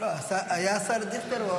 היה השר דיכטר.